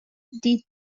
did